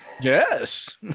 Yes